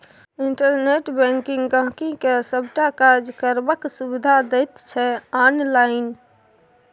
internet banking गांहिकी के सबटा काज करबाक सुविधा दैत छै आनलाइन